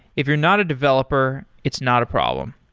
if you're not a developer, it's not a problem.